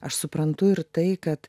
aš suprantu ir tai kad